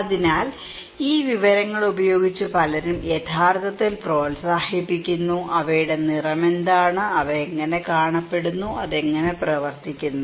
അതിനാൽ ഈ വിവരങ്ങൾ ഉപയോഗിച്ച് പലരും യഥാർത്ഥത്തിൽ പ്രോത്സാഹിപ്പിക്കുന്നു അവയുടെ നിറം എന്താണ് അവ എങ്ങനെ കാണപ്പെടുന്നു അത് എങ്ങനെ പ്രവർത്തിക്കുന്നു